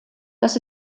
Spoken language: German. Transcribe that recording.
das